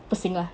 不行 lah